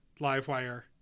Livewire